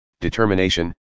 determination